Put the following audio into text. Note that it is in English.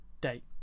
date